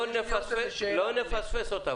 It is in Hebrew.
לא נפספס אותה.